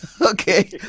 okay